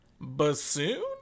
bassoon